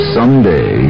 Someday